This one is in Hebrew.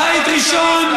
בית ראשון,